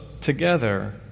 together